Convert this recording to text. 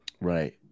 right